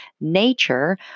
nature